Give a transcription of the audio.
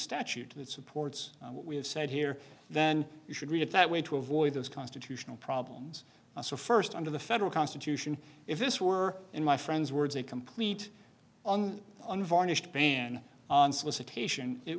statute that supports what we have said here then you should read it that way to avoid those constitutional problems so first under the federal constitution if this were in my friend's words a complete on unvarnished ban